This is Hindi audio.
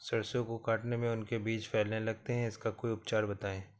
सरसो को काटने में उनके बीज फैलने लगते हैं इसका कोई उपचार बताएं?